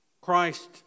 Christ